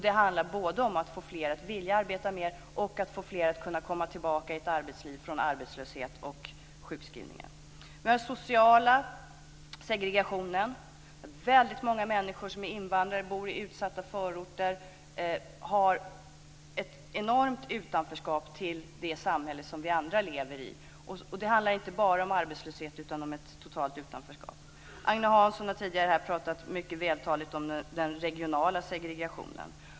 Det handlar både om att få fler att vilja arbeta mer och om att få fler att kunna komma tillbaka till ett arbetsliv från arbetslöshet och sjukskrivning. Vidare har vi den sociala segregationen. Väldigt många människor som är invandrare bor i utsatta förorter och har ett enormt utanförskap visavi det samhälle som vi andra lever i. Det handlar inte bara om arbetslöshet utan också om ett totalt utanförskap. Agne Hansson har tidigare här mycket vältaligt pratat om den regionala segregationen.